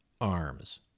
arms